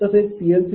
तसेचPL3500 kW0